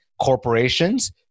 corporations